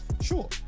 sure